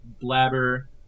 Blabber